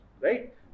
right